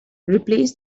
replace